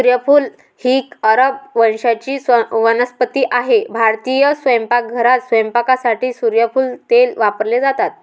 सूर्यफूल ही अरब वंशाची वनस्पती आहे भारतीय स्वयंपाकघरात स्वयंपाकासाठी सूर्यफूल तेल वापरले जाते